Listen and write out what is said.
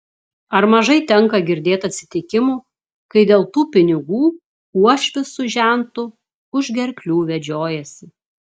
ar mažai tenka girdėt atsitikimų kai dėl tų pinigų uošvis su žentu už gerklių vedžiojasi